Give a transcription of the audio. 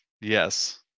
Yes